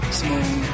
small